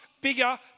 bigger